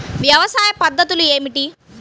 వ్యవసాయ పద్ధతులు ఏమిటి?